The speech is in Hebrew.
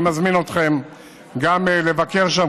אני מזמין אתכם גם לבקר שם,